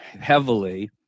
heavily